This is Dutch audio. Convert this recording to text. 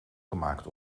gemaakt